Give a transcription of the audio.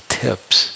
tips